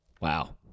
Wow